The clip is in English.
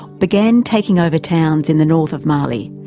began taking over towns in the north of mali,